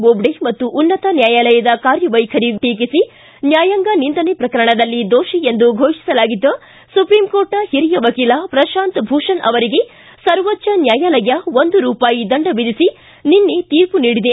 ದೊಬ್ದೆ ಮತ್ತು ಉನ್ನತ ನ್ಯಾಯಾಲಯದ ಕಾರ್ಯವೈಖರಿ ಟೀಕಿಸಿ ನ್ನಾಯಾಂಗ ನಿಂದನೆ ಪ್ರಕರಣದಲ್ಲಿ ದೋಷಿ ಎಂದು ಘೋಷಿಸಲಾಗಿದ್ದ ಸುಪ್ರೀಂ ಕೋರ್ಟ್ನ ಹಿರಿಯ ವಕೀಲ ಪ್ರಶಾಂತ್ ಭೂಷಣ್ ಅವರಿಗೆ ಸರ್ವೋಚ್ಚ ನ್ಯಾಯಾಲಯ ಒಂದು ರೂಪಾಯಿ ದಂಡ ವಿಧಿಸಿ ನಿನ್ನೆ ತೀರ್ಪು ನೀಡಿದೆ